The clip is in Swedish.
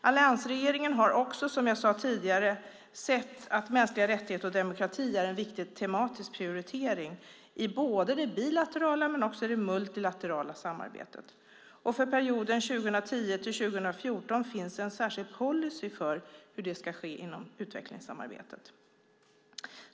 Alliansregeringen har också, som jag sa tidigare, sett att mänskliga rättigheter och demokrati är en viktig tematisk prioritering både i det bilaterala och i det multilaterala samarbetet. För perioden 2010-2014 finns en särskild policy för hur det ska ske inom utvecklingssamarbetet.